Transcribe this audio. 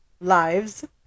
lives